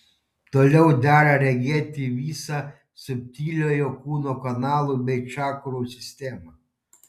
toliau dera regėti visą subtiliojo kūno kanalų bei čakrų sistemą